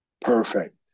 perfect